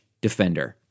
Defender